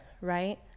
right